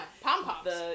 pom-poms